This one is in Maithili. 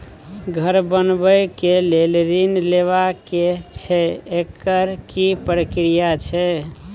घर बनबै के लेल ऋण लेबा के छै एकर की प्रक्रिया छै?